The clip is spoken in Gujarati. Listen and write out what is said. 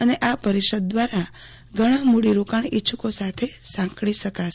અને આ પરિષદ દ્વારા ઘણા મૂડી રોકાણ ઇચ્છૂકો સાથે સાંકળી શકાશે